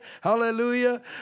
Hallelujah